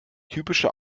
typische